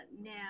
now